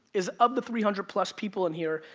is of the three hundred plus people in here,